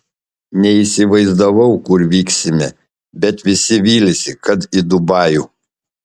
neįsivaizdavau kur vyksime bet visi vylėsi kad į dubajų